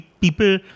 people